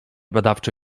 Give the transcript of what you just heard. badawczo